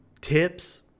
tips